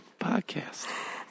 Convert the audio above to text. podcast